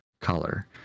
color